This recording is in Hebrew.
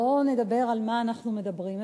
בואו נדבר על מה אנחנו מדברים,